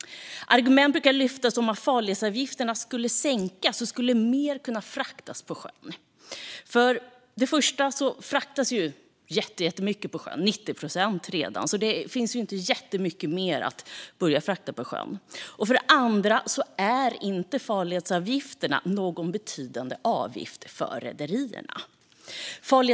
Ett vanligt argument är att om farledsavgifterna skulle sänkas skulle mer kunna fraktas på sjön, men för det första fraktas nästan allt på sjön redan så det finns inte jättemycket mer att börja frakta den vägen, och för det andra är inte farledsavgifterna någon betydande utgift för rederierna.